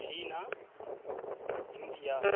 China India